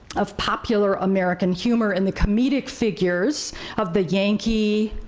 of popular american humor in the comedic figures of the yankee,